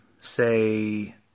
say